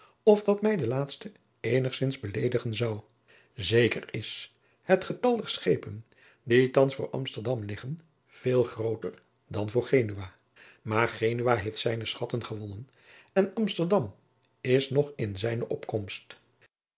of dat mij de laatste eenigzins beleedigen zou zeker is het getal der schepen die thans voor amsterdam liggen veel grooter dan voor genua maar genua heeft zijne schatten gewonnen en amsterdam is nog in zijne opkomst